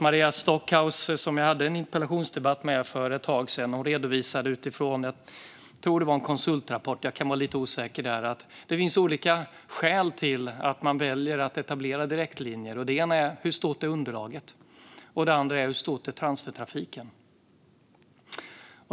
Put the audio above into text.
Maria Stockhaus, som jag hade en interpellationsdebatt med för ett tag sedan, redovisade utifrån en konsultrapport - tror jag att det var, men jag är lite osäker där - att det finns olika skäl till att man väljer att etablera direktlinjer. En fråga är: Hur stort är underlaget? Den andra är: Hur stor är transfertrafiken?